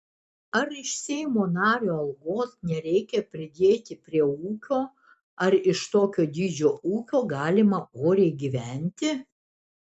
ar iš seimo nario algos nereikia pridėti prie ūkio ar iš tokio dydžio ūkio galima oriai gyventi